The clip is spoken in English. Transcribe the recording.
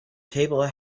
table